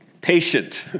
patient